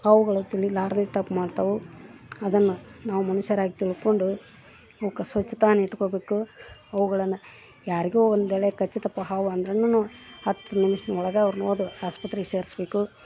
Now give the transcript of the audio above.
ಅವ್ಗಳು ತಿಳಿಲಾರದೇ ತಪ್ಪು ಮಾಡ್ತಾವೆ ಅದನ್ನು ನಾವು ಮನುಷ್ಯರಾಗಿ ತಿಳ್ಕೊಂಡು ಅವಕ್ಕೆ ಸ್ವಚ್ಛತಾನಿಟ್ಕೋಬೇಕು ಅವುಗಳನ ಯಾರಿಗೋ ಒಂದುವೇಳೆ ಕಚ್ಚಿತಪ್ಪಾ ಹಾವು ಅಂದ್ರನು ಹತ್ತು ನಿಮಿಷದ ಒಳಗೆ ಅವ್ರನೋದು ಆಸ್ಪತ್ರೆಗೆ ಸೇರಿಸಬೇಕು